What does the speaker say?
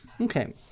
Okay